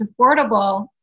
affordable